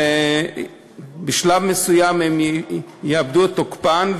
בשלב מסוים הן יאבדו את תוקפן,